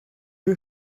you